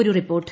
ഒരു റിപ്പോർട്ട്